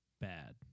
bad